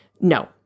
No